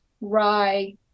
rye